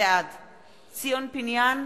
בעד ציון פיניאן,